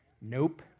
Nope